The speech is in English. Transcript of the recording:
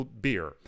beer